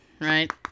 right